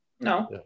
No